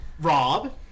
Rob